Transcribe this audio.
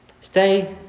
Stay